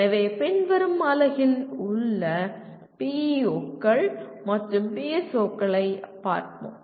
எனவே பின்வரும் அலகுகில் உள்ள PEO கள் மற்றும் PSO களைப் பார்ப்போம்